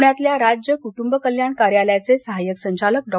पुण्यातल्या राज्य कुटुंब कल्याण कार्यालयाचे सहायक संचालक डॉ